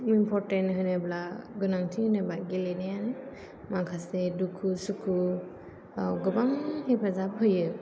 important होनोब्ला गोनांथि होनोबा गेलेनायानो माखासे दुखु सुखुआव गोबां हेफाजाब होयो